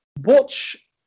watch